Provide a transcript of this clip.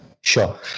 Sure